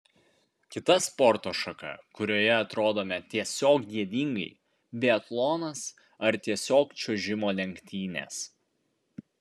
kita sporto šaka kurioje atrodome tiesiog gėdingai biatlonas ar tiesiog čiuožimo lenktynės